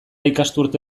ikasturte